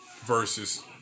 versus